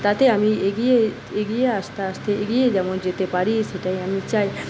তাতে আমি এগিয়ে এগিয়ে আস্তে আস্তে এগিয়ে যেন যেতে পারি সেটাই আমি চাই